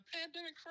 pandemic